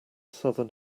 southern